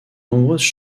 nombreuses